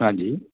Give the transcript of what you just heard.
ਹਾਂਜੀ